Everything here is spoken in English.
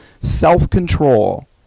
self-control